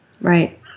Right